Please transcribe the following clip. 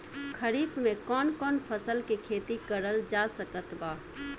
खरीफ मे कौन कौन फसल के खेती करल जा सकत बा?